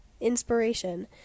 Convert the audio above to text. inspiration